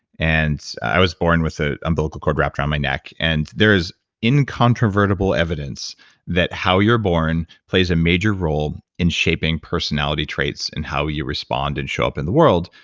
and i was born with an umbilical cord wrapped around my neck. and there's incontrovertible evidence that how you're born plays a major role in shaping personality traits, and how you respond and show up in the world,